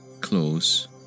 close